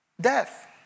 Death